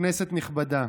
כנסת נכבדה,